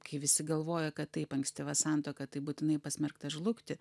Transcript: kai visi galvojo kad taip ankstyva santuoka tai būtinai pasmerkta žlugti